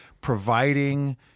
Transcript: providing